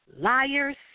liars